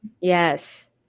yes